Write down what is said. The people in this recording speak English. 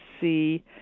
see